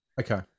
Okay